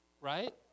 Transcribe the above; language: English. right